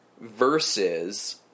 versus